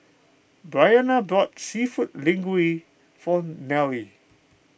Briana bought Seafood Linguine for Nealie